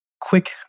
quick